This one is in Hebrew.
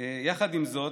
יחד עם זאת,